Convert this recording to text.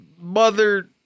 mother